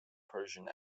persian